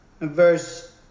verse